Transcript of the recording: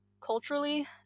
culturally